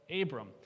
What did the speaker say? Abram